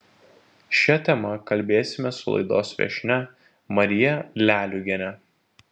šia tema kalbėsimės su laidos viešnia marija leliugiene